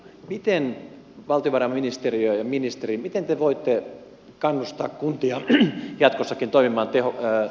miten valtiovarainministeriö ja ministeri te voitte kannustaa kuntia jatkossakin toi matti hokkanen